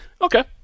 Okay